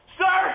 sir